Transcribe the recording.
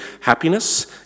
happiness